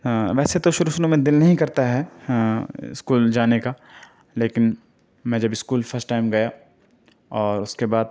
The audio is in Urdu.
ویسے تو شروع شروع میں دل نہیں کرتا ہے اسکول جانے کا لیکن میں جب اسکول فرسٹ ٹائم گیا اور اس کے بعد